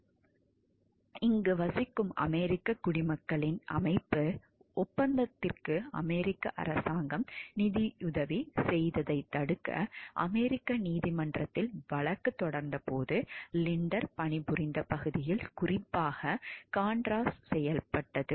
நிகரகுவாவில் வசிக்கும் அமெரிக்கக் குடிமக்களின் அமைப்பு ஒப்பந்தத்திற்கு அமெரிக்க அரசாங்கம் நிதியுதவி செய்வதைத் தடுக்க அமெரிக்க நீதிமன்றத்தில் வழக்குத் தொடர்ந்தபோது லிண்டர் பணிபுரிந்த பகுதியில் குறிப்பாக கான்ட்ராஸ் செயல்பட்டது